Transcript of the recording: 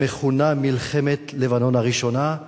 שמכונה "מלחמת לבנון הראשונה",